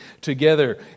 together